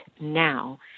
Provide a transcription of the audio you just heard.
now